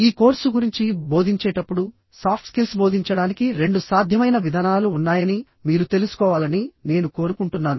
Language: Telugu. ఈ కోర్సు గురించి బోధించేటప్పుడు సాఫ్ట్ స్కిల్స్ బోధించడానికి రెండు సాధ్యమైన విధానాలు ఉన్నాయని మీరు తెలుసుకోవాలని నేను కోరుకుంటున్నాను